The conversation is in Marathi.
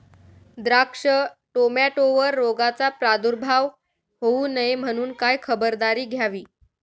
द्राक्ष, टोमॅटोवर रोगाचा प्रादुर्भाव होऊ नये म्हणून काय खबरदारी घ्यावी?